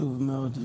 חשוב מאוד.